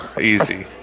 easy